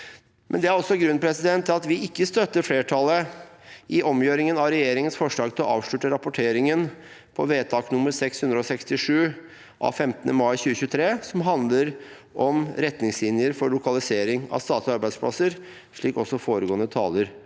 nok. Det er også grunnen til at vi ikke støtter flertallet i omgjøringen av regjeringens forslag om å avslutte rapporteringen på vedtak nummer 667 av 15. mai 2023, som handler om retningslinjer for lokalisering av statlige arbeidsplasser, slik også foregående taler